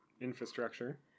infrastructure